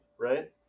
right